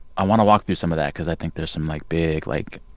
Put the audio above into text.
i want to walk through some of that cause i think there's some, like, big, like,